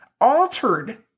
altered